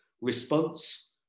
response